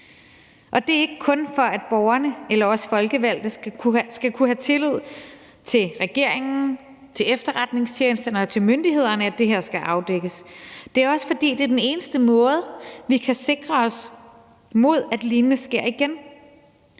Det er ikke kun, for at borgerne eller os folkevalgte skal kunne have tillid til regeringen, til efterretningstjenesterne og til myndighederne, at det her skal afdækkes; det er også, fordi det er den eneste måde, vi kan sikre os mod, at noget lignende sker igen